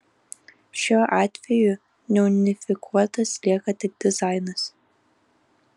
šiuo atveju neunifikuotas lieka tik dizainas